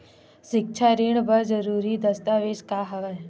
सिक्छा ऋण बर जरूरी दस्तावेज का हवय?